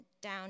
down